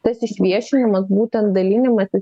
tas išviešinimas būtent dalinimasis